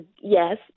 yes